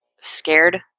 scared